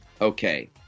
okay